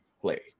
play